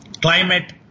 climate